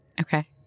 Okay